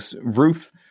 Ruth